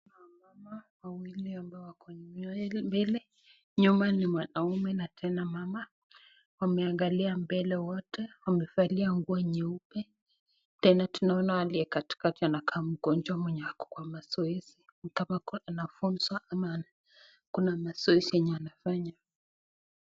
Wanaume wawili ambao wako mbele, nyuma ni mwanaume na tena mama wameangalia mbele wote , wamevalia nguo nyeupe , tena tunaona aliye katikati anakaa mgonjwa mwenye Ako kwa mazoezi ,anafunzwa ama Kuna mazoezi ambayo anafanya.